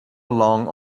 belong